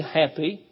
happy